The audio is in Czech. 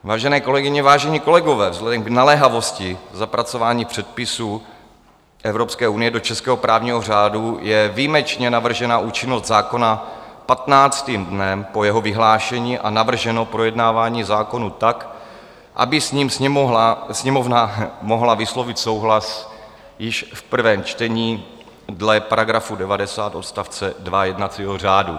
Vážené kolegyně, vážení kolegové, vzhledem k naléhavosti zapracování předpisů Evropské unie do českého právního řádu je výjimečně navržena účinnost zákona 15. dnem po jeho vyhlášení a navrženo projednávání zákona tak, aby s ním Sněmovna mohla vyslovit souhlas již v prvém čtení dle § 90 odst. 2 jednacího řádu.